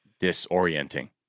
disorienting